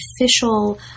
official